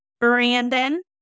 Brandon